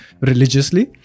religiously